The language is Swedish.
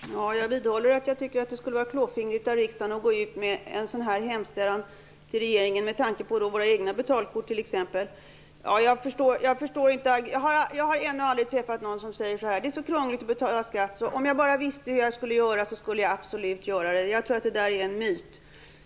Herr talman! Jag vidhåller att jag tycker att det skulle vara klåfingrigt av riksdagen att gå ut med en sådan här hemställan till regeringen med tanke på t.ex. våra egna betalkort. Jag har ännu aldrig träffat någon som säger: Det är så krångligt att betala skatt, och om jag bara visste hur jag skulle göra så skulle jag absolut göra det. Jag tror att det där är en myt.